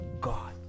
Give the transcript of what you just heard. god